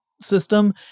system